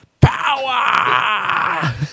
power